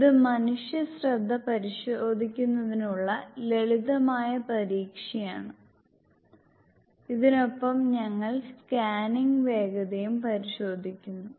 ഇത് മനുഷ്യ ശ്രദ്ധ പരിശോധിക്കുന്നതിനുള്ള ലളിതമായ പരീക്ഷയാണ് ഇതിനൊപ്പം ഞങ്ങൾ സ്കാനിംഗ് വേഗതയും പരിശോധിക്കുന്നു